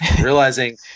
realizing